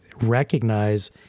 recognize